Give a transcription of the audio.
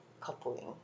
coupling